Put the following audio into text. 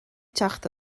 teacht